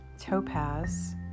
Topaz